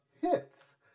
hits